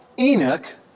Enoch